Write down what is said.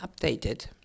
updated